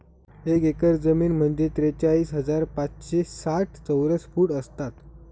एक एकर जमीन म्हणजे त्रेचाळीस हजार पाचशे साठ चौरस फूट असतात